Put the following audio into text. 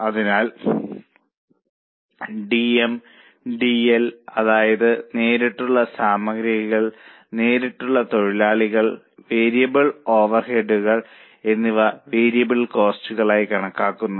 അതിനാൽ DM DL അതായത് നേരിട്ടുള്ള സാമഗ്രികൾ നേരിട്ടുള്ള തൊഴിലാളികൾ വേരിയബിൾ ഓവർഹെഡുകൾ എന്നിവ വേരിയബിൾ കോസ്റ്റുകളായി കണക്കാക്കുന്നു